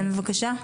כן בבקשה.